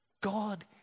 God